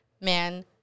man